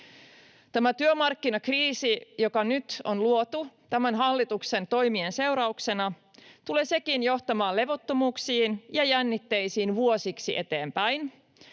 Tämä työmarkkinakriisi, joka nyt on luotu tämän hallituksen toimien seurauksena, tulee sekin johtamaan levottomuuksiin ja jännitteisiin vuosiksi eteenpäin.